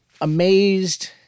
amazed